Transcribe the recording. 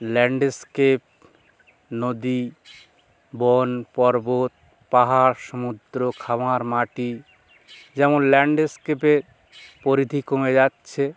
landscape নদী বন পর্বত পাহাড় সমুদ্র খামার মাটি যেমন ল্যান্ডস্কেপে পরিধি কমে যাচ্ছে